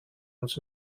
uns